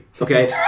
okay